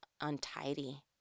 untidy